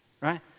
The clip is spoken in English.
right